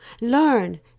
Learn